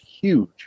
huge